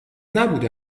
نبوده